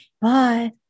Bye